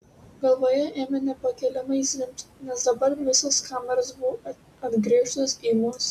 galvoje ėmė nepakeliamai zvimbti nes dabar visos kameros buvo atgręžtos į mus